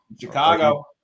Chicago